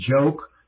joke